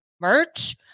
merch